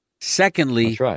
secondly